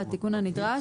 לתיקון הנדרש: